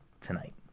tonight